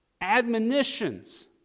admonitions